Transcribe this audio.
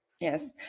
Yes